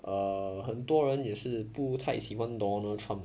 err 很多人也是不太喜欢 donald trump